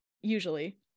usually